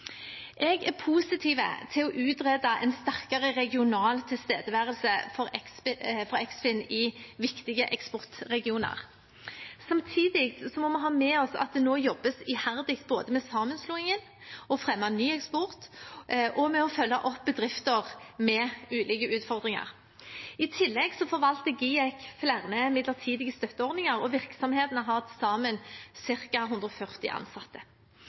Jeg er positiv til å utrede en sterkere regional tilstedeværelse for Eksfin i viktige eksportregioner. Samtidig må vi ha med oss at det nå jobbes iherdig både med sammenslåingen, med å fremme ny eksport og med å følge opp bedrifter med ulike utfordringer. I tillegg forvalter GIEK flere midlertidige støtteordninger. Og virksomhetene har til sammen ca. 140 ansatte.